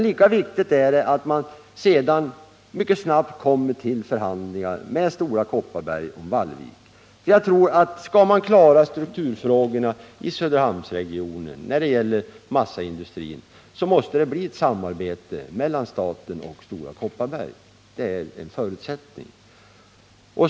Lika viktigt är det emellertid att man sedan mycket snabbt kommer till förhandlingar med Stora Kopparberg om Vallvik. Jag tror att om man skall klara strukturfrågorna i Söderhamnsregionen när det gäller massaindustrin, så är ett samarbete mellan staten och Stora Kopparberg en förutsättning.